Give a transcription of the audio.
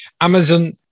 Amazon